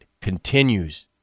continues